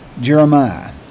Jeremiah